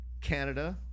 canada